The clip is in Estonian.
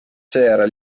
seejärel